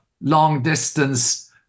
long-distance